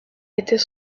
était